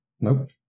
Nope